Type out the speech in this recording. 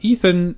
Ethan